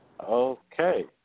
Okay